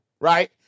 right